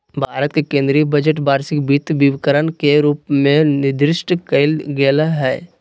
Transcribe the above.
भारत के केन्द्रीय बजट वार्षिक वित्त विवरण के रूप में निर्दिष्ट कइल गेलय हइ